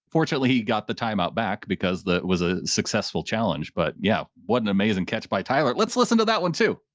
fortunately, he got the timeout back because that was a successful challenge, but yeah, what an amazing catch by tyler. let's listen to that one too.